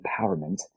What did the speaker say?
empowerment